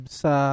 sa